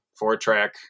four-track